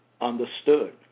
understood